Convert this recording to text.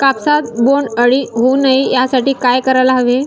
कापसात बोंडअळी होऊ नये यासाठी काय करायला हवे?